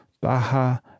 Baha